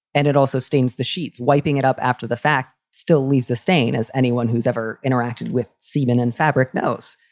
and it also stains the sheets, wiping it up after the fact still leaves a stain, as anyone who's ever interacted with semen and fabric knows.